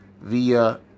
via